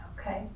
Okay